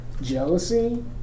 jealousy